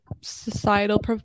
societal